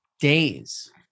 days